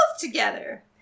together